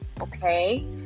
okay